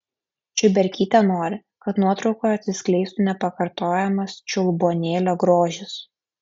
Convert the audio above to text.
čiuberkytė nori kad nuotraukoje atsiskleistų nepakartojamas čiulbuonėlio grožis